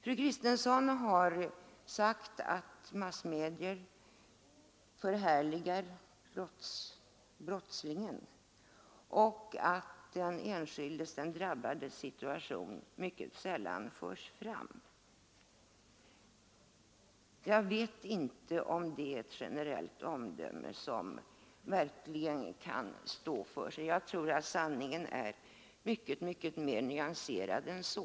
Fru Kristensson har sagt att massmedier förhärligar brottslingen och att den drabbades situation mycket sällan uppmärksammas. Jag vet inte om detta generella omdöme verkligen håller. Jag tror att sanningen är mycket mera nyanserad än så.